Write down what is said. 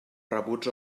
rebuts